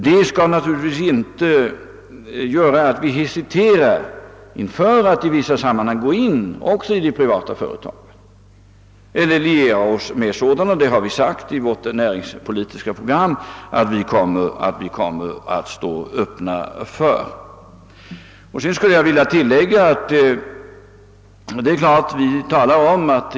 Det skall naturligtvis inte leda till att vi hesiterar inför att i vissa sammanhang gå in också i de privata företagen eller liera oss med sådana företag. Vi har i vårt näringspolitiska program uttalat att vi står öppna härför.